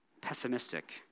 pessimistic